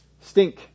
stink